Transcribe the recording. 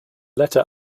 letter